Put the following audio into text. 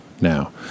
now